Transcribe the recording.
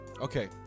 Okay